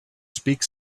speaks